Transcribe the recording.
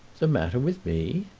the matter with me?